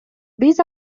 биз